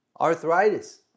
Arthritis